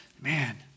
man